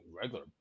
regular